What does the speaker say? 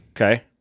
Okay